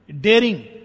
Daring